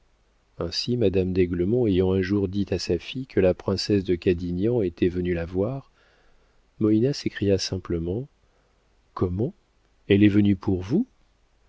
ainsi madame d'aiglemont ayant un jour dit à sa fille que la princesse de cadignan était venue la voir moïna s'écria simplement comment elle est venue pour vous